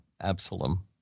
Absalom